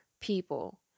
people